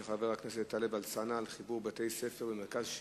של חבר הכנסת טלב אלסאנע: חיבור בתי-ספר במרכזי